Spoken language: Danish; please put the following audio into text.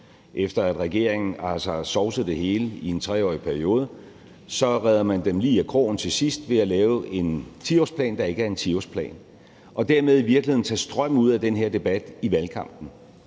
Efter at regeringen har sovset det hele i en 3-årig periode, redder man dem lige af krogen til sidst ved at lave en 10-årsplan, der ikke er en 10-årsplan, og dermed tager man i virkeligheden strøm ud af den her debat i valgkampen.